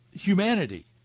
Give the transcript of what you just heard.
humanity